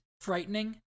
Frightening